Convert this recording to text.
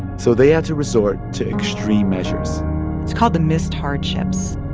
so they had to resort to extreme measures it's called the mist hardships.